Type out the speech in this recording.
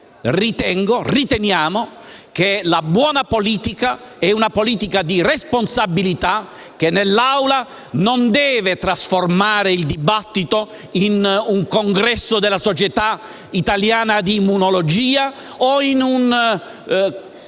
riteniamo, che la buona politica sia una politica di responsabilità, che non deve trasformare il dibattito in un congresso della società italiana di immunologia o in un confronto